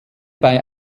bei